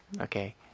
Okay